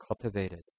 cultivated